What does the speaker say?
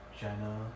Jenna